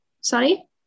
Sorry